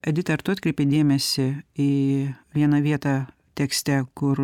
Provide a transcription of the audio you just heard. edita ar tu atkreipei dėmesį į vieną vietą tekste kur